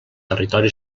territori